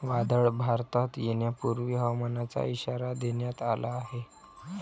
वादळ भारतात येण्यापूर्वी हवामानाचा इशारा देण्यात आला आहे